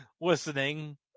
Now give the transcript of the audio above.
listening